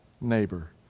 neighbor